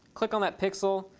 click on that pixel.